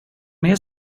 mer